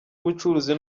ubucuruzi